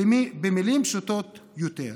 במילים הפשוטות ביותר,